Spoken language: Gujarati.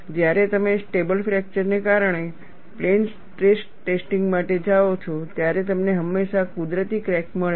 જ્યારે તમે સ્ટેબલ ફ્રેકચર ને કારણે પ્લેન સ્ટ્રેસ ટેસ્ટિંગ માટે જાઓ છો ત્યારે તમને હંમેશા કુદરતી ક્રેક મળે છે